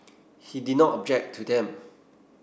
he did not object to them